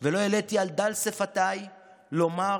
ולא העליתי על דל שפתיי לומר